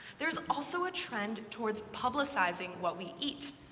there is also a trend towards publicizing what we eat.